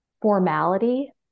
formality